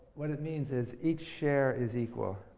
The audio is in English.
what it means is, each share is equal.